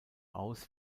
aus